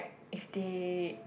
if they